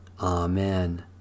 Amen